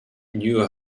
knew